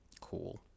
cool